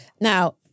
Now